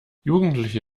jugendliche